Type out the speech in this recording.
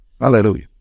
hallelujah